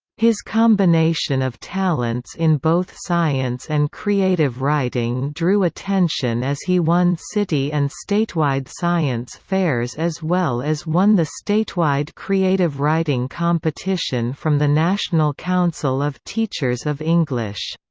his combination of talents in both science and creative writing drew attention as he won city and statewide science fairs as well as won the statewide creative writing competition from the national council of teachers of english.